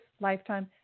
lifetime